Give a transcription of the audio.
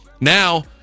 Now